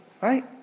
Right